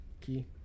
Key